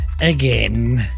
again